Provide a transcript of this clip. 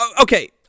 Okay